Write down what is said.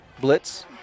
blitz